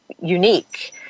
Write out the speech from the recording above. unique